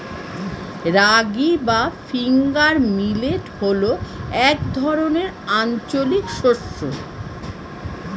রাগী বা finger millet হল এক ধরনের আঞ্চলিক শস্য